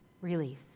relief